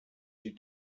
she